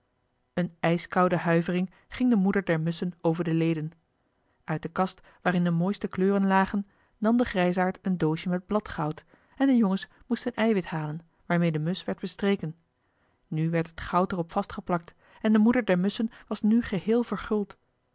een ijskoude huivering ging de moeder der musschen over de leden uit de kast waarin de mooiste kleuren lagen nam de grijsaard een doosje met bladgoud en de jongens moesten eiwit halen waarmee de musch werd bestreken nu werd het goud er op vastgeplakt en de moeder der musschen was nu geheel verguld